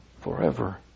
forever